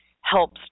helps